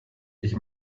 ich